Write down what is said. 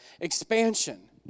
expansion